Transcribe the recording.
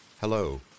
Hello